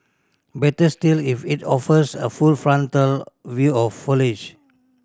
better still if it offers a full frontal view of foliage